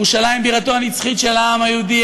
ירושלים היא בירתו הנצחית של העם היהודי,